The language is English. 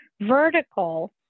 vertical